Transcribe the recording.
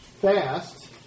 Fast